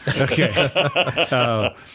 Okay